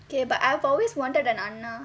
okay but I've always wanted an anna